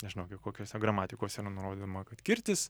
nežinau kaip kokiose gramatikose yra nurodydama kad kirtis